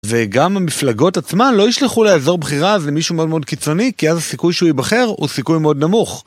וגם המפלגות עצמן לא ישלחו לאזור בחירה הזה מישהו מאוד מאוד קיצוני כי אז הסיכוי שהוא יבחר הוא סיכוי מאוד נמוך.